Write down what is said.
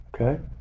Okay